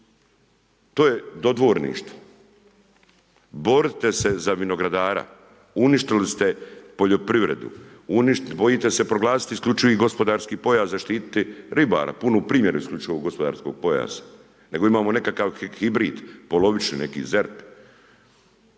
to je dodvorništvo, borite se za vinogradara, uništili ste poljoprivredu, bojite se proglasiti isključivi gospodarski pojas, zaštitit ribara, punu primjeru isključivog gospodarskog pojasa, nego imamo nekakav hibrid, polovični neki